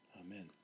Amen